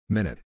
Minute